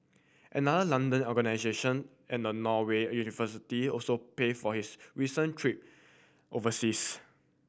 another London organisation and a Norway university also paid for his recent trip overseas